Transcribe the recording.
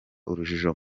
urujijo